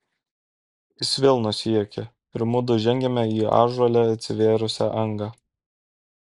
jis vėl nusijuokė ir mudu žengėme į ąžuole atsivėrusią angą